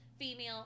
female